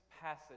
passage